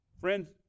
Friends